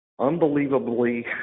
unbelievably